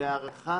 בהארכה